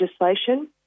Legislation